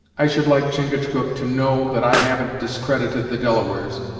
i should like chingachgook to know that i haven't discredited the delawares,